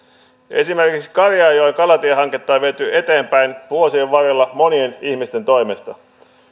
esimerkiksi karjaanjoen kalatiehanketta on viety eteenpäin vuosien varrella monien ihmisten toimesta